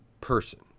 person